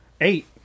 eight